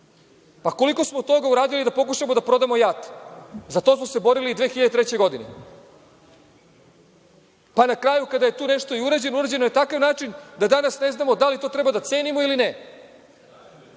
Pa koliko smo toga uradili da pokušamo da prodamo JAT? Za to smo se borili 2003. godine, pa na kraju kada je tu nešto i urađeno, urađeno je na takav način da danas ne znamo da li to treba da cenimo ili ne.